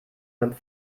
beim